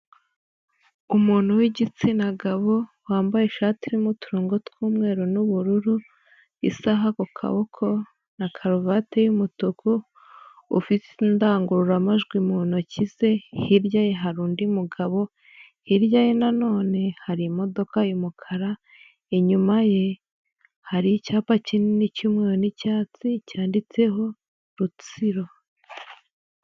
Umuntu w'igitsina gabo wambaye ishati irimo uturongongo tw'umweru n'ubururu, isaha ku kaboko na karuvati y'umutuku, ufite indangururamajwi mu ntoki ze, hirya hari undi mugabo, hirya ye na none hari imodoka y'umukara, inyuma ye hari icyapa kinini cy'umweru n'icyatsi cyanditseho Rutsiro.